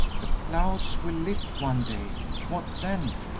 the clouds will lift one day what then?